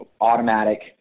automatic